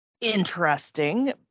interesting